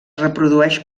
reprodueix